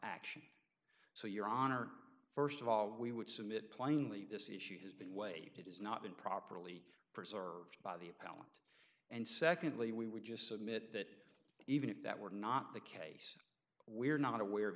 action so your honor first of all we would submit plainly this issue has been way it is not been properly preserved by the appeal and secondly we would just submit that even if that were not the case we are not aware of